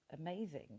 amazing